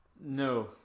No